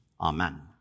amen